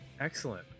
Excellent